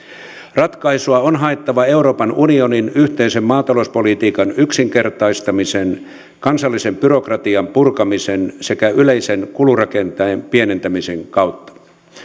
ratkaisua on haettava euroopan unionin yhteisen maatalouspolitiikan yksinkertaistamisen kansallisen byrokratian purkamisen sekä yleisen kulurakenteen pienentämisen kautta